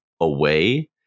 away